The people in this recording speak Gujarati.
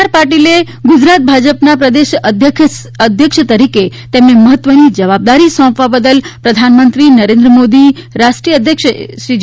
આર પાટીલે ગુજરાત ભાજપાના પ્રદેશ અધ્યક્ષ તરીકે તેમને મહત્વની જવાબદારી સોંપવા બદલ પ્રધાનમંત્રીશ્રી નરેન્દ્રભાઈ મોદી રાષ્ટ્રીય અધ્યક્ષશ્રી જે